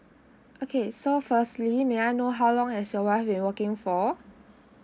okay so firstly may I know how long has your wife been working for